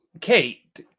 Kate